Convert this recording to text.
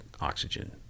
oxygen